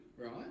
right